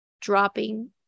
dropping